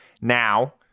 now